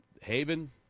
Haven